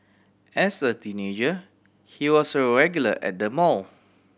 as a teenager he was a regular at the mall